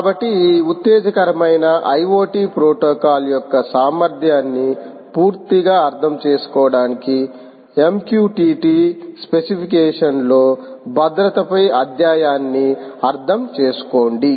కాబట్టి ఈ ఉత్తేజకరమైన IoT ప్రోటోకాల్ యొక్క సామర్థ్యాన్ని పూర్తిగా అర్థం చేసుకోవడానికి MQTT స్పెసిఫికేషన్లో భద్రతపై అధ్యాయాన్ని అర్థం చేసుకోండీ